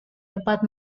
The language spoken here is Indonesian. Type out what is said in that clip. dapat